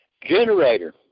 generator